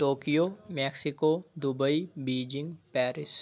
Tokyo Mexico Dubai Beijing Paris